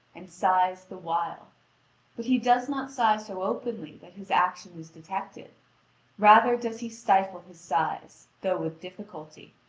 and sighs the while but he does not sigh so openly that his action is detected rather does he stifle his sighs, though with difficulty.